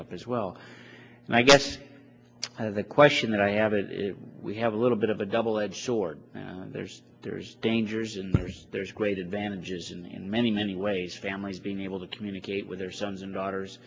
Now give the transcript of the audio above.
up as well and i guess the question that i have it is we have a little bit of a double edged sword and there's there's dangers and there's there's great advantages in in many many ways families being able to communicate with their sons and daughters